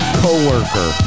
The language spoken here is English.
co-worker